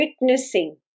witnessing